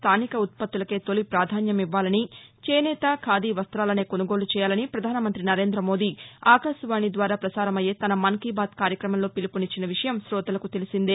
స్థానిక ఉత్పత్తులకే తొలి ప్రాధాన్యమివ్వాలని చేనేత ఖాదీ వస్తాలనే కొనుగోలు చేయాలని ప్రధానమంత్రి నరేంద్రమోదీ ఆకాశవాణి ద్వారా ప్రసారమయ్యే తన మన్కీబాత్ కార్యక్రమంలో పిలుపునిచ్చిన విషయం కోతలకు తెలిసిందే